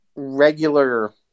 Regular